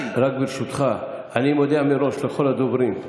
רק ברשותך, אני מודיע מראש לכל הדוברים: